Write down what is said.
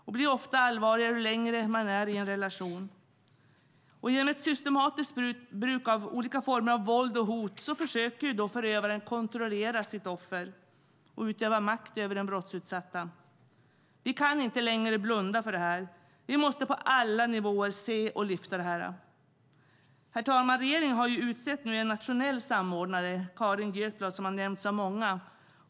Det blir ofta allvarligare ju längre man är i en relation. Genom ett systematiskt bruk av olika former av våld och hot försöker förövaren kontrollera sitt offer och utöva makt över den brottsutsatta. Vi kan inte längre blunda för detta. Vi måste på alla nivåer se och lyfta det. Herr talman! Regeringen har nu utsett en nationell samordnare - Carin Götblad. Det har nämnts av många.